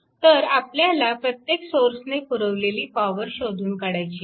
तर आपल्याला प्रत्येक सोर्सने पुरविलेली पॉवर शोधून काढायची आहे